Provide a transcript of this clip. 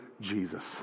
Jesus